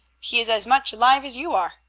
he is as much alive as you are.